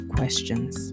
Questions